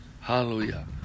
Hallelujah